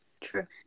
True